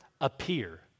appear